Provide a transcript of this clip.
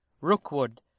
Rookwood